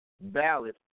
ballot